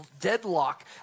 deadlock